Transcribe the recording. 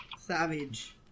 Savage